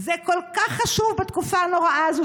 היא כל כך חשובה בתקופה הנוראה הזו,